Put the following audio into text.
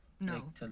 no